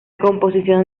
composición